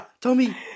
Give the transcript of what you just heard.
Tommy